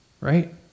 Right